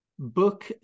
book